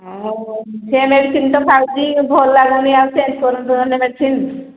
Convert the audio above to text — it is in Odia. ହ ହଉ ସେ ମେଡ଼ିସିନ୍ ତ ଖାଉଛି ଭଲ ଲାଗୁନି ଆଉ ମେଡ଼ିସିନ୍